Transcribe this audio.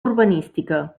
urbanística